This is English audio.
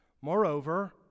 Moreover